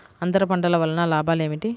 అంతర పంటల వలన లాభాలు ఏమిటి?